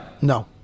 No